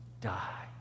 die